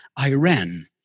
Iran